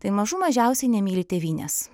tai mažų mažiausiai nemyli tėvynės